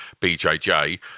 BJJ